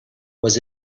was